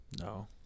No